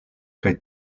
kaj